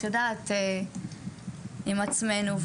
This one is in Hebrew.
את יודעת עם עצמינו.